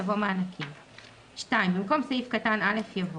יבוא "מענקים"; (2) במקום סעיף קטן (א) יבוא: